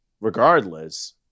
Regardless